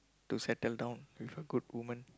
to settle down with a good woman